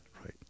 right